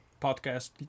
podcast